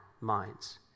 minds